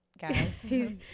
guys